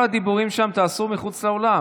את כל הדיבורים שם תעשו מחוץ לאולם.